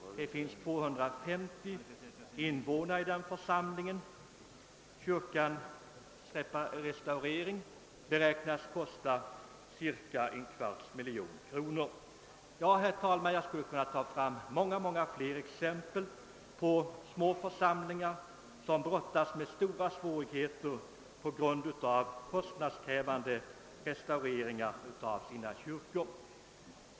Församlingen har 250 invånare, och kyrkans restaurering beräknas kosta cirka 1/, miljon kronor. Herr talman! Jag skulle kunna ta fram många fler exempel på små församlingar som brottas med stora svårigheter på grund av kostnadskrävande restaureringar av sina kyrkor.